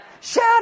shout